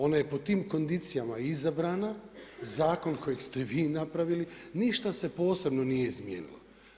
Ona je po tim kondicijama izabrana, zakon kojeg ste vi napravili, ništa se posebno nije izmijenilo.